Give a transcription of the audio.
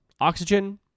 Oxygen